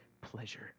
pleasure